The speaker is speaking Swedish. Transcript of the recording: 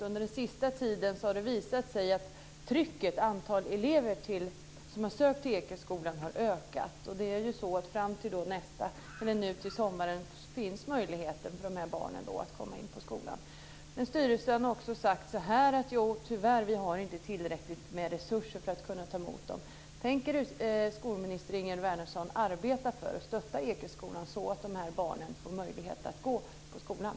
Under den sista tiden har det visat sig att trycket, alltså antalet elever som har sökt till Ekeskolan, har ökat. Det är ju så att det nu fram till sommaren finns möjlighet för barn att komma in på skolan. Styrelsen har sagt att: Tyvärr, vi har inte tillräckligt med resurser för att kunna ta emot dem. Tänker skolminister Ingegerd Wärnersson arbeta för, och stötta, Ekeskolan så att de här barnen får möjlighet att gå på skolan?